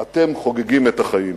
אתם חוגגים את החיים.